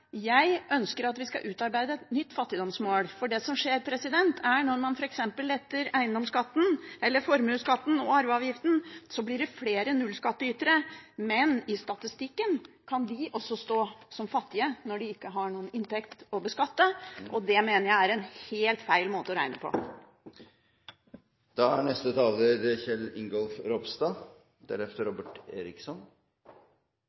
utarbeide et nytt fattigdomsmål, for det som skjer, er at når man f.eks. gir letter i eiendomsskatten, formuesskatten eller arveavgiften, blir det flere nullskatteytere, men i statistikken kan de også stå som fattige når de ikke har noen inntekt å beskatte, og det mener jeg er en helt feil måte å regne på.